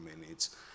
minutes